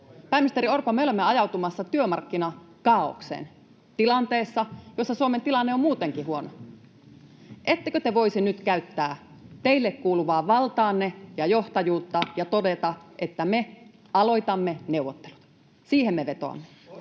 Pääministeri Orpo, me olemme ajautumassa työmarkkinakaaokseen tilanteessa, jossa Suomen tilanne on muutenkin huono. Ettekö te voisi nyt käyttää teille kuuluvaa valtaanne ja johtajuutta ja todeta, että me aloitamme neuvottelut? Siihen me vetoamme.